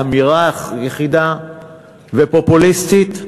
באמירה יחידה ופופוליסטית?